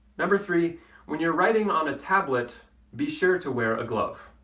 number three when you're writing on a tablet be sure to wear a glove.